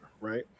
right